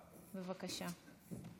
בבקשה.